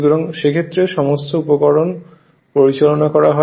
সুতরাং সে ক্ষেত্রে সমস্ত উপকরণ পরিচালনা করা হয়